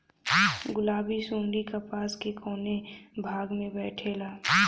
गुलाबी सुंडी कपास के कौने भाग में बैठे ला?